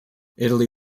italy